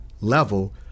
level